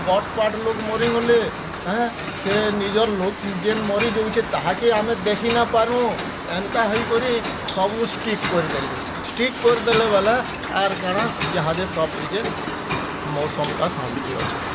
ପଟ୍ ପାଟ୍ ଲୋକ୍ ମରିଗଲେ ଆଁ ସେ ନିଜର୍ ଲୋକ୍ ଯେନ୍ ମରିଯଉଛେ ତାହାକେ ଆମେ ଦେଖିନାଇଁପାରୁ ଏନ୍ତା ହେଇକରି ସବୁ ଷ୍ଟ୍ରିକ୍ଟ କରିଦେଲି ଷ୍ଟ୍ରିକ୍ଟ କରିଦେଲି ବେଲେ ଆର୍ କାଣା ଇହାଦେ ସବ୍ଟିକେ ମୌସମଟା ଶାନ୍ତି ଅଛେ